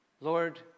Lord